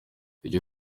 icyo